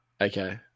Okay